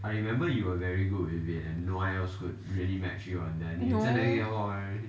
no